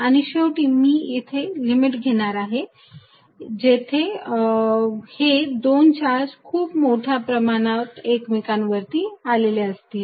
आणि शेवटी मी इथे लिमिट घेणार आहे जेथे हे दोन चार्ज खूप मोठ्या प्रमाणात एकमेकांवरती आलेले असतील